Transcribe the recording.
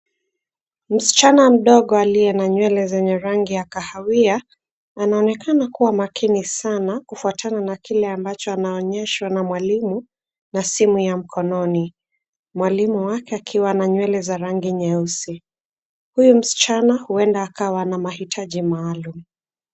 Msichana mdogo aliye na nywele zenye rangi ya kahawia anaonekana kuwa makini sana kufuatana na kile ambacho anaonyeshwa na mwalimu na simu ya mkononi. Mwalimu wake akiwa na nywele za rangi nyeusi. Huyu msichana huenda akawa na mahitaji maalum.